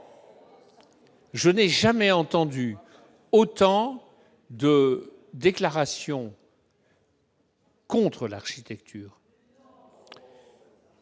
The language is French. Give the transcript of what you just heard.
Je n'ai jamais entendu autant de déclarations contre l'architecture,